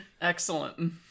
Excellent